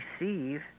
receive